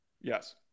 Yes